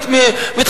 כמו הרבה.